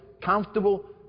comfortable